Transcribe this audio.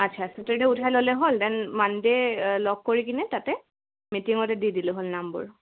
আচ্ছা ছেটাৰডে উঠাই ল'লে হ'ল দেন মানডে লগ কৰি কিনে তাতে মিটিঙতে দি দিলে হ'ল নামবোৰ